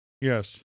Yes